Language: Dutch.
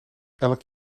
elk